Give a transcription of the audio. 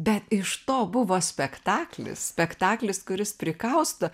bet iš to buvo spektaklis spektaklis kuris prikausto